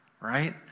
right